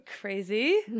crazy